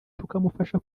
tukamufasha